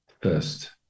first